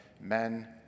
men